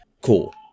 Cool